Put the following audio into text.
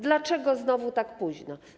Dlaczego znowu tak późno?